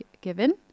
given